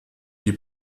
die